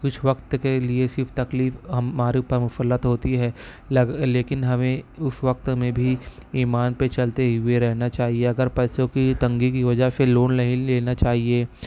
کچھ وقت کے لیے صرف تکلیف ہمارے اوپر مسلط ہوتی ہے لگ لیکن ہمیں اس وقت میں بھی ایمان پہ چلتے ہوئے رہنا چاہیے اگر پیسوں کی تنگی کی وجہ سے لون نہیں لینا چاہیے